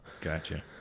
Gotcha